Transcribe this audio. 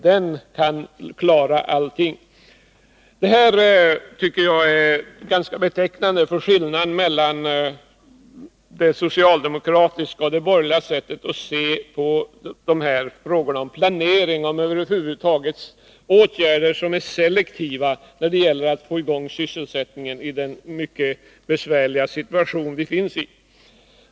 Den skall klara allting. Det här tycker jag är ganska betecknande för skillnaden mellan det socialdemokratiska och det borgerliga sättet att se på frågorna om planering och selektiva åtgärder när det gäller att få i gång sysselsättningen i den mycket besvärliga situation vi befinner oss i.